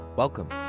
Welcome